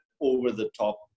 over-the-top